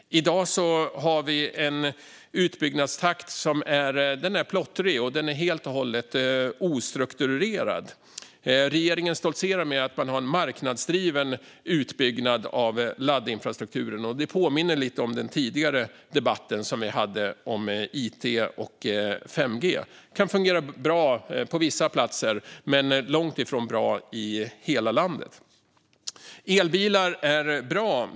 I dag har vi en utbyggnadstakt som är plottrig och helt och hållet ostrukturerad. Regeringen stoltserar med att man har en marknadsdriven utbyggnad av laddinfrastrukturen. Det påminner lite om den tidigare debatten som vi hade om it och 5G. Det kan fungera bra på vissa platser men långt ifrån bra i hela landet. Elbilar är bra.